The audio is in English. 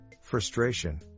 frustration